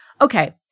okay